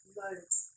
loads